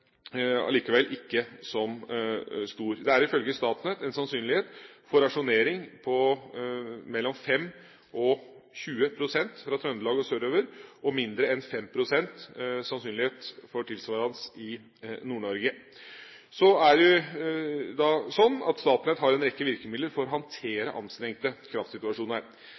ikke som stor. Det er ifølge Statnett en sannsynlighet for rasjonering på mellom 5 og 20 pst. fra Trøndelag og sørover og mindre enn 5 pst. sannsynlighet for rasjonering i Nord-Norge. Statnett har en rekke virkemidler for å håndtere anstrengte kraftsituasjoner.